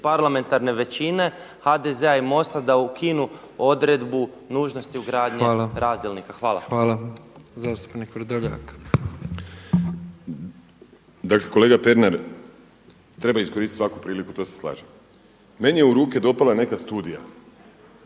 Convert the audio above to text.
parlamentarne većine HDZ-a i MOST-a da ukinu odredbu nužnosti ugradnje razdjelnika. Hvala. **Petrov, Božo (MOST)** Hvala. Zastupnik Vrdoljak. **Vrdoljak, Ivan (HNS)** Dakle kolega Pernar, treba iskoristiti svaku priliku to se slažem. Meni je u ruke dopala neka studija